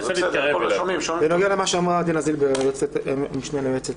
ראשית, בנוגע למה שאמרה דינה זילבר, המשנה ליועץ.